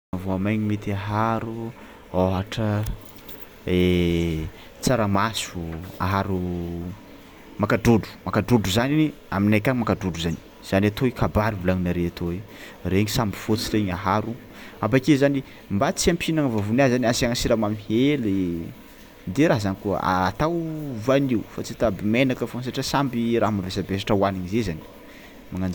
Voamaigny mety aharo ôhatra tsaramaso aharo makadrodro makadrodro zany aminay akagny makadrodro zany zany atao hoe kabaro volagninareo etoy i, regny samby fôtsy regny aharo abakeo zany mba tsy hampihinagna vavony azy zany asiagna siramamy hely de raha zany koa atao voanio fa tsy atao be menaka fao satria samby raha mavesabesatra hohanigny zay zany, magnan-ja-.